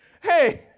Hey